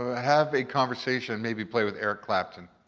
ah have a conversation, maybe play with eric clapton.